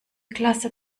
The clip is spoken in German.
klasse